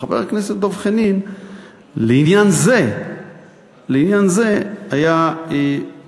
חבר הכנסת דב חנין לעניין זה היה חריג.